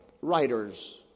writers